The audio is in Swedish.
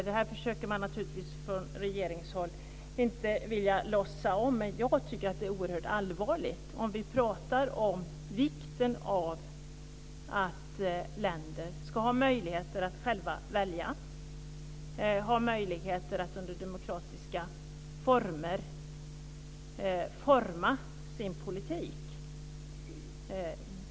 Det här försöker man naturligtvis från regeringshåll inte låtsas om, men jag tycker att det är oerhört allvarligt om vi pratar om vikten av att länder ska ha möjligheter att själva välja, att under demokratiska former utforma sin politik.